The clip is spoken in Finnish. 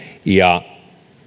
ja